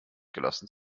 gelassen